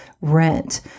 rent